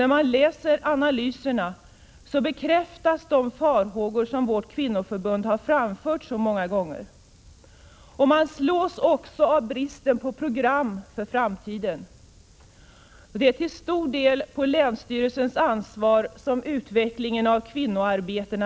När man läser analyserna bekräftas de farhågor som vårt 20 november 1986 kvinnoförbund har framfört så många gånger. Man slås också av bristen på = Jam. program för framtiden. Ansvaret för utvecklingen av kvinnoarbetena vilar till stor del på länsstyrelserna.